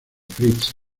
fritz